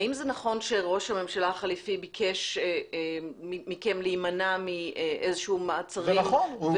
האם זה נכון שראש הממשלה החליפי ביקש מכם להימנע מאיזה שהם מעצרים?